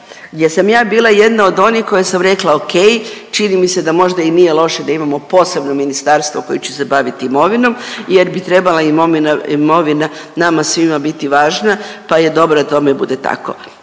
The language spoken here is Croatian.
gdje sam ja bila jedna od onih koja sam rekla ok čini mi se da možda i nije loše da imamo posebno ministarstvo koje će se baviti imovinom jer bi trebala imovina nama svima biti važna pa je dobro da tome bude tako.